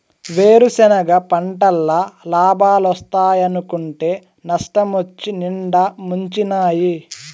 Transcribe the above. వేరుసెనగ పంటల్ల లాబాలోస్తాయనుకుంటే నష్టమొచ్చి నిండా ముంచినాయి